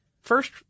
first